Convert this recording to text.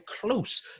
close